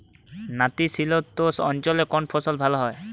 নাতিশীতোষ্ণ অঞ্চলে কোন ফসল ভালো হয়?